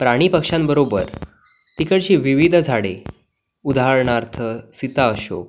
प्राणी पक्ष्यांबरोबर तिकडची विविध झाडे उदाहरणार्थ सीता अशोक